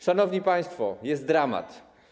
Szanowni państwo, jest dramat.